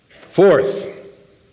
Fourth